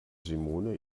simone